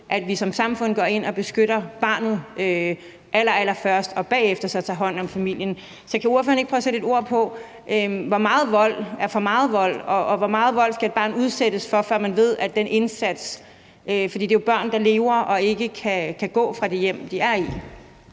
vi som samfund går ind og beskytter barnet allerallerførst og bagefter så tager hånd om familien. Så kan ordføreren ikke prøve at sætte lidt ord på, hvor meget vold der er for meget vold, og hvor meget vold et barn skal udsættes for, før man ved, om den indsats har virket? For det er jo børn, der lever i og ikke kan gå fra det hjem, de er i.